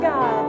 God